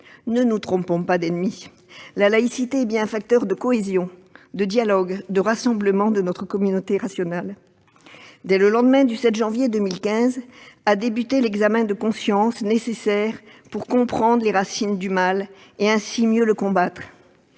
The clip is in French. Ne nous trompons pas d'ennemi. La laïcité est bien un facteur de cohésion, de dialogue, de rassemblement de notre communauté nationale. Dès le lendemain du 7 janvier 2015 a débuté l'examen de conscience nécessaire pour comprendre les racines du mal et ainsi mieux le combattre.